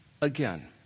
again